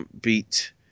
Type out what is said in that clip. beat